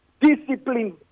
Discipline